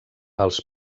als